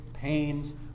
pains